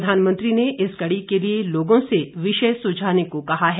प्रधानमंत्री ने इस कड़ी के लिए लोगों से विषय सुझाने को कहा है